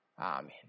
Amen